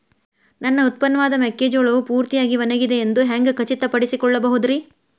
ನನ್ನ ಉತ್ಪನ್ನವಾದ ಮೆಕ್ಕೆಜೋಳವು ಪೂರ್ತಿಯಾಗಿ ಒಣಗಿದೆ ಎಂದು ಹ್ಯಾಂಗ ಖಚಿತ ಪಡಿಸಿಕೊಳ್ಳಬಹುದರೇ?